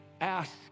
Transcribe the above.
Ask